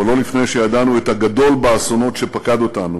אבל לא לפני שידענו את הגדול באסונות שפקד אותנו,